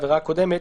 העבירה הקודמת),